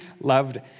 loved